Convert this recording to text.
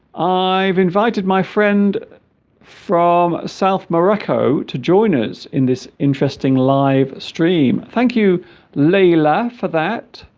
i've invited my friend from south morocco to join us in this interesting live stream thank you leila for that